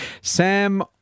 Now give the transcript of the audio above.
Sam